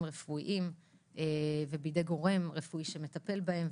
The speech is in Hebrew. רפואיים ובידי גורם רפואי שמטפל בהם,